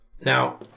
Now